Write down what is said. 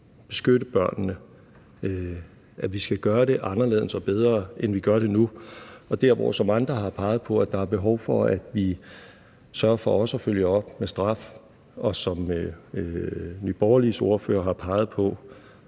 beskytte børnene. Så vi skal gøre det anderledes og bedre, end vi gør det nu. Som andre har peget på, er der behov for, at vi sørger for også at følge op med straf og, som Nye Borgerliges ordfører har peget på,